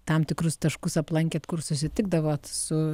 tam tikrus taškus aplankėt kur susitikdavot su